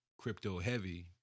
crypto-heavy